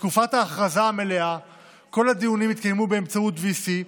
בתקופת ההכרזה המלאה כל הדיונים יתקיימו באמצעות VC,